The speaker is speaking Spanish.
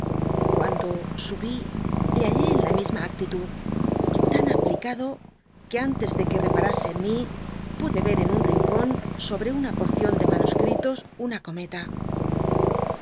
cuando subí le hallé en la misma actitud y tan aplicado quu antes de que reparasen en mi pude ci en un rincon sobre una porcion de manufci'itos un cometa